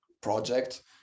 project